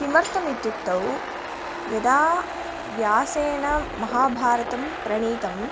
किमर्थम् इत्युक्तौ यदा व्यासेन महाभारतं प्रणीतं